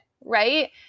Right